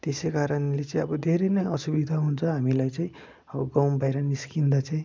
त्यसै कारणले चाहिँ अब धेरै नै असुविधा हुन्छ हामीलाई चाहिँ अब गाउँ बाहिर निस्किँदा चाहिँ